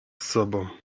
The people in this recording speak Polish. sobą